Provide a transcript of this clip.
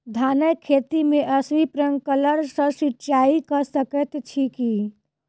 धानक खेत मे स्प्रिंकलर सँ सिंचाईं कऽ सकैत छी की?